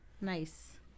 Nice